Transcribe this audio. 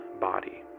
Body